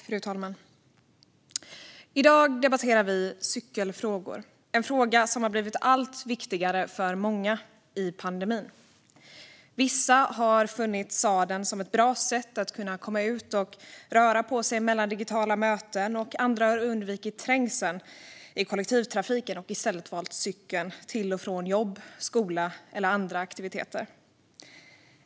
Fru talman! Vi debatterar nu cykelfrågor. Cykling har blivit allt viktigare för många under pandemin. Vissa ser cykeln som ett bra sätt att komma ut och röra på sig mellan digitala möten, och andra har valt cykeln till och från jobb, skola och andra aktiviteter för att undvika trängseln i kollektivtrafiken.